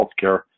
healthcare